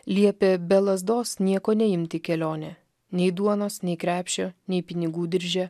liepė be lazdos nieko neimt į kelionę nei duonos nei krepšio nei pinigų dirže